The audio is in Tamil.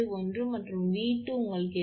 71 மற்றும் 𝑉2 உங்களுக்கு 8